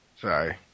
sorry